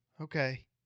Okay